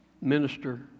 minister